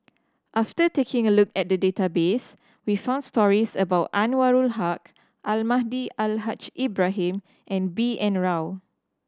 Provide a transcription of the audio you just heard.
after taking a look at the database we found stories about Anwarul Haque Almahdi Al Haj Ibrahim and B N Rao